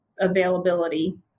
availability